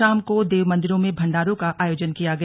शाम को देव मंदिरों में भंडारों का आयोजन किया गया